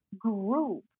group